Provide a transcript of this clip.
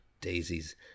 daisies